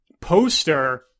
poster